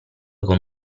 con